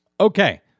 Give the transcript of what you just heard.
Okay